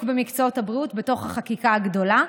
במקצועות הבריאות בתוך החקיקה הגדולה,